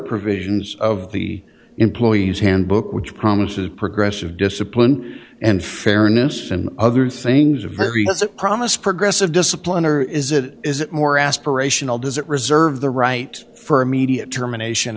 provisions of the employee's handbook which promises a progressive discipline and fairness and other things a very handsome promise progressive discipline or is it is it more aspirational does it reserve the right for immediate termination